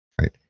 right